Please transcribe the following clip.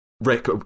Rick